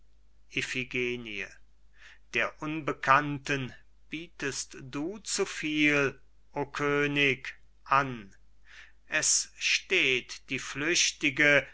der unbekannten bietest du zu viel o könig an es steht die flüchtige